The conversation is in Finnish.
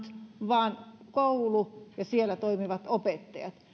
vaan koulu ja siellä toimivat opettajat